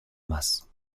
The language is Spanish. más